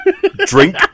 Drink